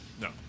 No